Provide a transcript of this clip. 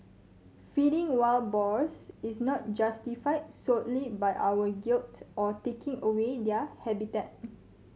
feeding wild boars is not justified solely by our guilt of taking away their habitat